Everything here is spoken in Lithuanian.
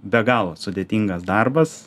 be galo sudėtingas darbas